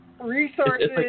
resources